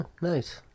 Nice